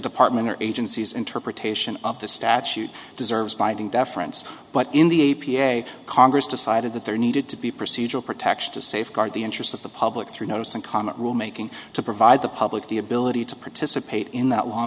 department or agencies interpretation of the statute deserves binding deference but in the a p a congress decided that there needed to be procedural protection to safeguard the interests of the public through notice and comment rule making to provide the public the ability to participate in that l